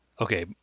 Okay